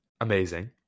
amazing